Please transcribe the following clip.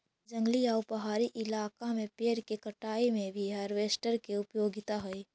जंगली आउ पहाड़ी इलाका में पेड़ के कटाई में भी हार्वेस्टर के उपयोगिता हई